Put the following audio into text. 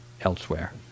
elsewhere